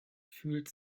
fühlt